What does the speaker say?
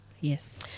Yes